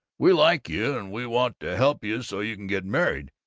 we like you, and we want to help you so you can get married,